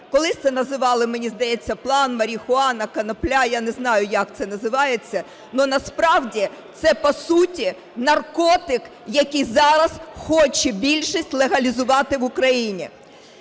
Колись це називали, мені здається, план, марихуана, конопля, я не знаю, як це називається. Но насправді це по суті наркотик, який зараз хоче більшість легалізувати в Україні.